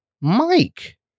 Mike